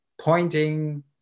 pointing